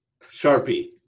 Sharpie